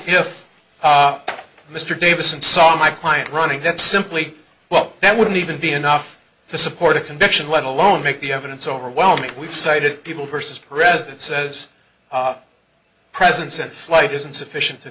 if mr davis and saw my client running that simply well that wouldn't even be enough to support a conviction let alone make the evidence overwhelming we've sighted people persons president says presence in flight isn't sufficient to